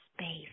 space